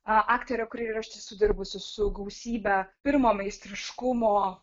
aa aktorė kuri ir aš esu dirbusi su gausybe pirmo meistriškumo